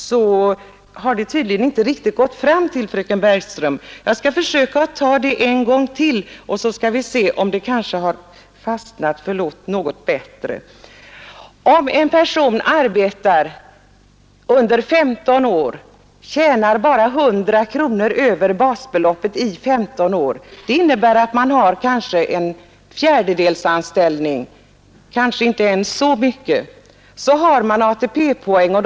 Det har tydligen inte riktigt gått fram till fröken Bergström. Jag skall försöka ta det en gång till, så får vi se om det har fastnat — förlåt — något bättre. Om en person arbetar under 15 år och tjänar bara 100 kronor över basbeloppet varje år — det innebär att han kanske har en fjärdedelsanställning, eller inte ens så mycket — så har han för vart och ett år fått ATP-poäng.